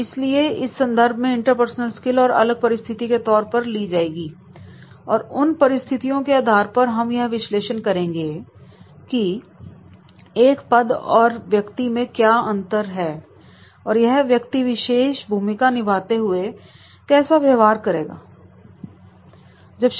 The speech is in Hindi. इसलिए इस संदर्भ में इंटरपर्सनल स्किल्स अलग परिस्थिति के तौर पर ली जाएगी और उन परिस्थितियों के आधार पर हम यह विश्लेषण करेंगे कि एक पद और व्यक्ति में क्या अंतर है और यह व्यक्ति एक विशेष भूमिका निभाते हुए कैसा व्यवहार रखेगा